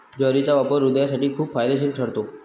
ज्वारीचा वापर हृदयासाठी खूप फायदेशीर ठरतो